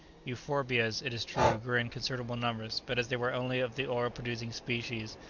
euphorbias, it is true, grew in considerable numbers, but as they were only of the oil-producing species,